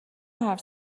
حرف